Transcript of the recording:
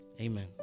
Amen